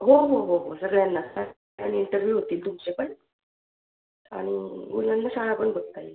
हो हो हो सगळ्यांना कारण इंटरव्ह्यू होतील तुमचे पण आणि मुलांना शाळा पण बघता येईल